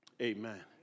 Amen